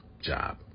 job